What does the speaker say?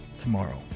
tomorrow